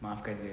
maafkan dia